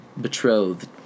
betrothed